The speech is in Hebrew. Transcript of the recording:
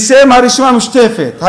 בשם הרשימה המשותפת,